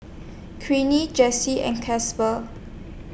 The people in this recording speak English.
Queenie Janey and Casper